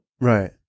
Right